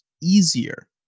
easier